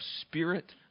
spirit